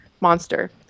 monster